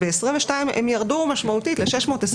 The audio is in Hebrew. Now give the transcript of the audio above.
וב-2022 הם ירדו משמעותית ל-626.